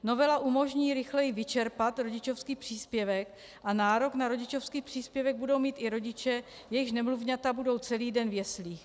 Novela umožní rychleji vyčerpat rodičovský příspěvek a nárok na rodičovský příspěvek budou mít i rodiče, jejichž nemluvňata budou celý den v jeslích.